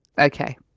okay